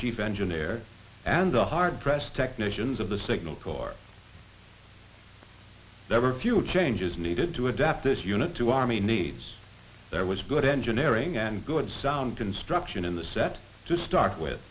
chief engineer and the hard pressed technicians of the signal corps never few changes needed to adapt this unit to army needs there was good engineering and good sound instruction in the set to start with